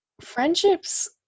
friendships